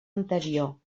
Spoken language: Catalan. anterior